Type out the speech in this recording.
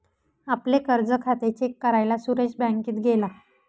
आपले कर्ज खाते चेक करायला सुरेश बँकेत गेला